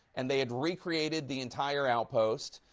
and they had re-created the entire outpost,